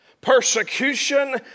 Persecution